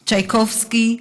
צ'ייקובסקי,